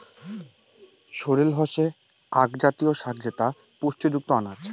sorrel হসে আক জাতীয় শাক যেটা পুষ্টিযুক্ত আনাজ